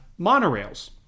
monorails